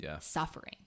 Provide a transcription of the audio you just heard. suffering